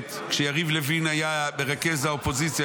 הקודמת כשיריב לוין היה מרכז האופוזיציה,